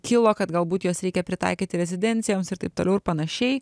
kilo kad galbūt juos reikia pritaikyti rezidencijoms ir taip toliau ir panašiai